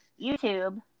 YouTube